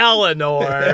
Eleanor